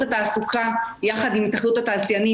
התעסוקה יחד עם התאחדות התעשיינים,